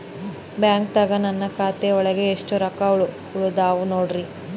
ಬ್ಯಾಂಕ್ದಾಗ ನನ್ ಖಾತೆ ಒಳಗೆ ಎಷ್ಟ್ ರೊಕ್ಕ ಉಳದಾವ ನೋಡ್ರಿ?